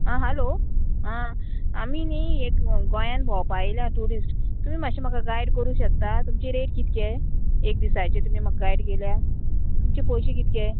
आं हालो आं आमी न्ही एक गोंयान भोंवपा येयल्या ट्युरिस्ट तुमी मातशें म्हाका गायड करूं शकता तुमचें रेट कितकें एक दिसाचें तुमी म्हाका गायड केल्या तुमचे पोयशे कितके